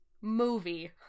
movie